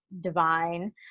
divine